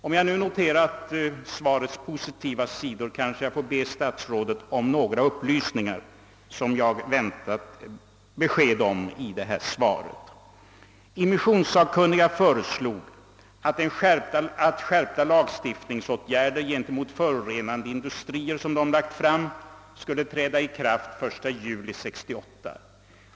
Om jag nu noterat svarets positiva sidor, kanske jag får be statsrådet om några upplysningar som jag väntat i detta svar. Immissionssakkunniga föreslog att skärpta lagstiftningsåtgärder gentemot förorenande industrier skulle träda i kraft den 1 juli 1968.